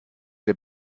der